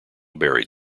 buried